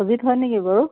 অজিত হয় নেকি বাৰু